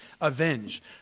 Avenge